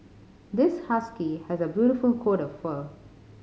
this husky has a beautiful coat of fur